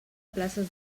places